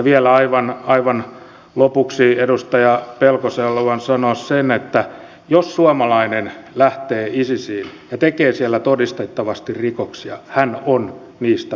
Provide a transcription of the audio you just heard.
vielä aivan lopuksi edustaja pelkoselle haluan sanoa sen että jos suomalainen lähtee isisiin ja tekee siellä todistettavasti rikoksia hän on niistä vastuussa